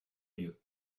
mieux